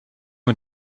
und